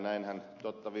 ja totta